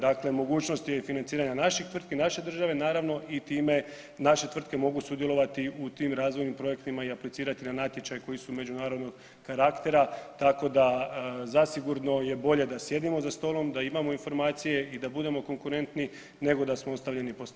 Dakle, mogućnost je i financiranja naših tvrtki, naše države naravno i time naše tvrtke mogu sudjelovati u tim razvojnim projektima i aplicirati na natječaj koji su međunarodnog karaktera tako zasigurno je bolje da sjedimo za stolom, da imamo informacije i da budemo konkurentni nego da smo ostavljeni po strani.